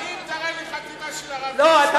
אם תראה לי חתימה של הרב ליצמן, סליחה.